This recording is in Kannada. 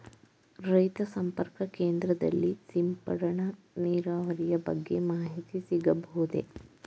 ರೈತ ಸಂಪರ್ಕ ಕೇಂದ್ರದಲ್ಲಿ ಸಿಂಪಡಣಾ ನೀರಾವರಿಯ ಬಗ್ಗೆ ಮಾಹಿತಿ ಸಿಗಬಹುದೇ?